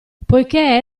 poiché